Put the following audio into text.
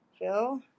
Phil